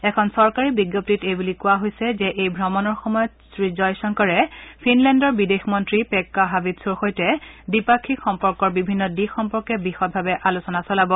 এখন চৰকাৰী বিজ্ঞপ্তিত এই বুলি কোৱা হৈছে যে এই ভ্ৰমণৰ সময়ত শ্ৰীজয়শংকৰে ফিনলেণ্ডৰ বিদেশ মন্তীৰ পেক্বা হাবিছথোৰ সৈতে দ্বিপাক্ষিক সম্পৰ্কৰ বিভিন্ন দিশ সম্পৰ্কে বিশদভাৱে আলোচনা চলাব